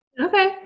okay